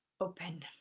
open